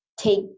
take